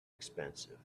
expensive